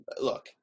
look